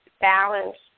balance